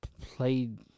played